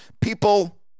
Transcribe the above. people